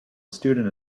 student